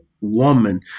woman